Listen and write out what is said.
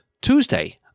Tuesday